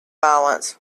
violence